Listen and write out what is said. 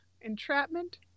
entrapment